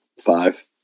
Five